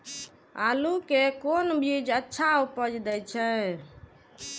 आलू के कोन बीज अच्छा उपज दे छे?